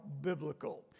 biblical